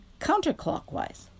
counterclockwise